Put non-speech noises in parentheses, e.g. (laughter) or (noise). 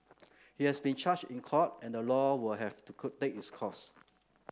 he has been charged in court and the law will have to (unintelligible) its course